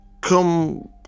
come